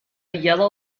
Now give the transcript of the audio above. yellow